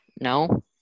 No